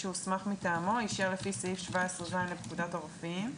שהוסמך מטעמו אישר לפי סעיף 17ז לפקודת הרופאים;